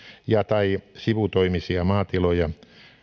ja tai sivutoimisia maatiloja